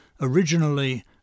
originally